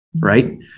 right